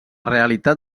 realitat